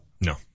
No